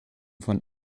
von